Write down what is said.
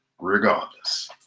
regardless